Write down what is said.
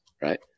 right